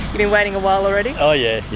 been waiting a while already? oh yeah,